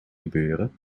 gebeuren